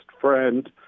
friend